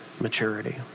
maturity